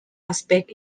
aspect